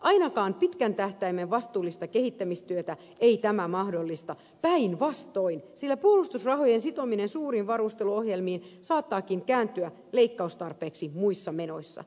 ainakaan pitkän tähtäimen vastuullista kehittämistyötä ei tämä mahdollista päinvastoin sillä puolustusrahojen sitominen suuriin varusteluohjelmiin saattaakin kääntyä leikkaustarpeeksi muissa menoissa